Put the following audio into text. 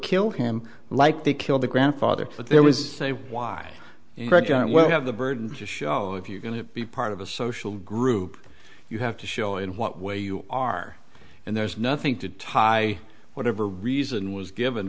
kill him like they killed the grandfather but there was a why well you have the burden to show if you're going to be part of a social group you have to show in what way you are and there's nothing to tie whatever reason was given